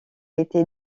été